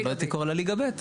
לא הייתי קורא לה ליגה ב',